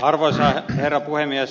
arvoisa herra puhemies